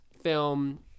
film